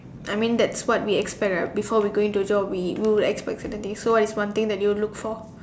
I mean that's what we expect right before we go into a job we will expect certain things so what is one thing that you will look for